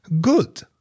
Good